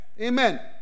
Amen